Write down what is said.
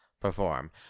perform